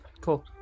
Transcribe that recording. Cool